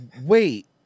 wait